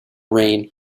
reign